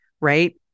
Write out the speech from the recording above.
right